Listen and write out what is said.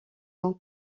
ont